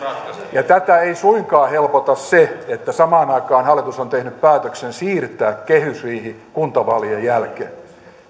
tätä ei suinkaan helpota se että samaan aikaan hallitus on tehnyt päätöksen siirtää kehysriihen kuntavaalien jälkeen